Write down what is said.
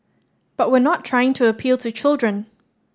but we're not trying to appeal to children